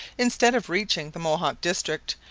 instead of reaching the mohawk district,